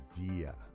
idea